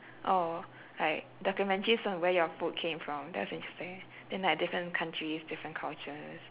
oh like documentaries on where your food came from that was interesting then like different countries different cultures